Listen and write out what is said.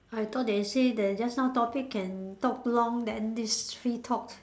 I thought they say the just now topic can talk long then this three talks